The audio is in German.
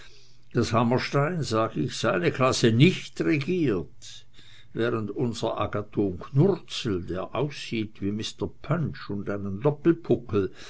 daß hammerstein sag ich seine klasse nicht regiert während unser agathon knurzel der aussieht wie mister punch und einen